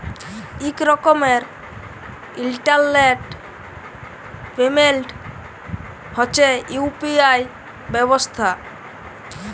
ইক রকমের internet payment হছে ইউ.পি.আই ব্যবস্থা